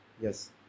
yes